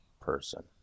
person